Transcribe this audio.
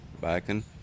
backing